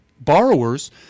borrowers